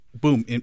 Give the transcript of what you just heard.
boom